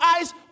eyes